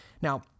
Now